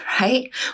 right